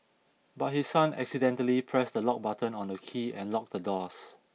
but his son accidentally pressed the lock button on the key and locked the doors